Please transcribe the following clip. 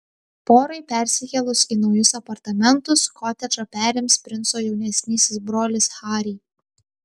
porai persikėlus į naujus apartamentus kotedžą perims princo jaunesnysis brolis harry